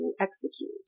Execute